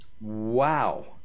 Wow